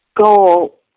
goal